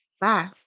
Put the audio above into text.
bye